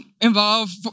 involved